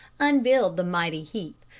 unbuild the mighty heap,